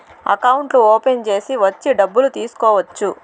అకౌంట్లు ఓపెన్ చేసి వచ్చి డబ్బులు తీసుకోవచ్చు